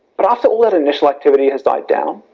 but after all that initial activity has died down,